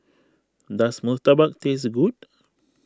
does Murtabak taste good